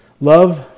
Love